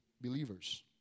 believers